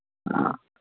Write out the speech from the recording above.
ꯑꯥ